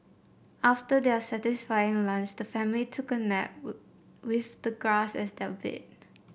after their satisfying lunch the family took a nap with the grass as their bed